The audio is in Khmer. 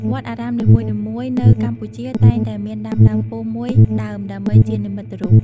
វត្តអារាមនីមួយៗនៅកម្ពុជាតែងតែមានដាំដើមពោធិ៍មួយដើមដើម្បីជានិមិត្តរូប។